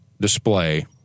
display